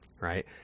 Right